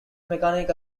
mechanic